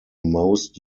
most